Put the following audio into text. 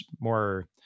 more